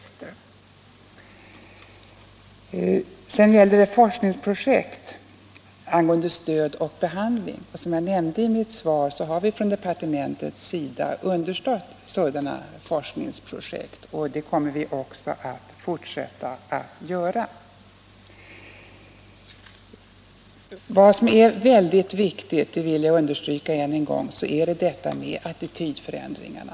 När det sedan gäller forskningsprojekt för stöd och behandling vill jag upprepa det jag nämnde i mitt svar, nämligen att vi från departementets sida understött sådana forskningsprojekt, och det kommer vi också att fortsätta att göra. Vad som emellertid är väldigt viktigt i sammanhanget — och det vill jag understryka ännu en gång — är frågan om attitydförändringarna.